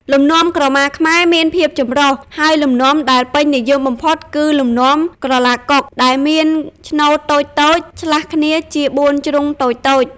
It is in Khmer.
លំនាំក្រមាខ្មែរមានភាពចម្រុះ ហើយលំនាំដែលពេញនិយមបំផុត គឺ លំនាំក្រឡាកុក ដែលមានឆ្នូតតូចៗឆ្លាស់គ្នាជាបួនជ្រុងតូចៗ។